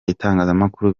itangazamakuru